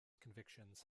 convictions